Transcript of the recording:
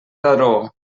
daró